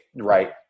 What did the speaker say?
right